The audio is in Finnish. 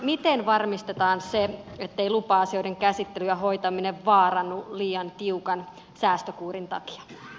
miten varmistetaan se ettei lupa asioiden käsittely ja hoitaminen vaarannu liian tiukan säästökuurin takia